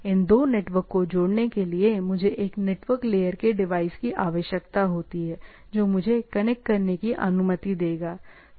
इन दो नेटवर्क को जोड़ने के लिए मुझे एक नेटवर्क लेयर के डिवाइस की आवश्यकता होती है जो मुझे कनेक्ट करने की अनुमति देगा